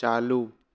चालू